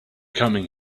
coming